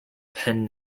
pen